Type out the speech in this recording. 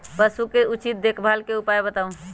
पशु के उचित देखभाल के उपाय बताऊ?